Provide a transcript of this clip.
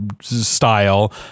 style